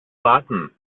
warten